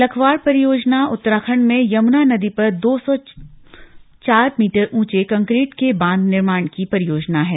लखवाड़ परियोजना उत्तराखंड में यमुना नदी पर दो सौ चार मीटर ऊंचे कंकरीट के बांध निर्माण की परियोजना है